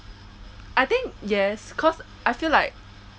I think yes cause I feel like